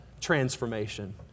transformation